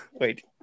Wait